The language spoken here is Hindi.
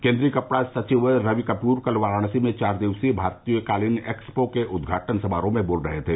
केन्द्रीय कपड़ा सचिव रवि कपूर कल वाराणसी में चार दिवसीय भारतीय कालीन एक्सपो के उद्घाटन समारोह में बोल रहे थे